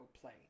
play